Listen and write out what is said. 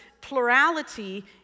plurality